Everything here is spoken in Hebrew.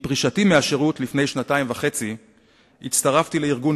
עם פרישתי מהשירות לפני שנתיים וחצי הצטרפתי לארגון